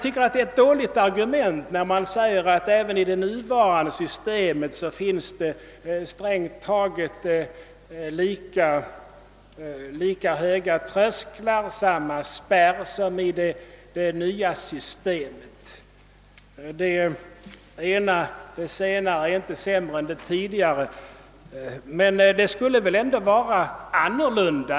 Det är ett dåligt argument när man säger att det även med nuvarande system finns lika höga trösklar, samma spärr som med det nya systemet. Det senare är inte sämre än det tidigare. Men det borde väl ändå vara annorlunda.